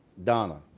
donna,